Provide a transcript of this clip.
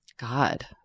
god